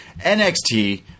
NXT